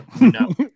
No